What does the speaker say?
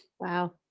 wow